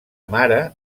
mare